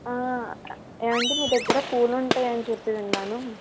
ఏమండి మీ దగ్గర పూలు ఉంటాయని చెప్పి విన్నాను